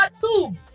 two